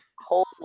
Whole